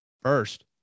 first